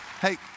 Hey